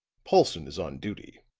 paulson is on duty,